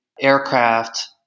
Aircraft